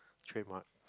trademark